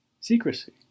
secrecy